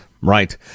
right